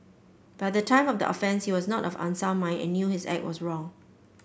but at the time of the offence he was not of unsound mind and knew his act was wrong